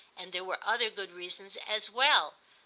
and there were other good reasons as well.